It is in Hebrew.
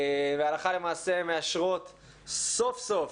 והלכה למעשה מאשרות סוף סוף